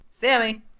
Sammy